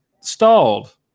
stalled